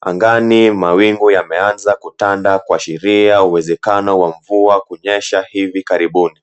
Angani mawingu yameanza kutanda kuashiria uwezekano wa mvua kunyesha hivi karibuni.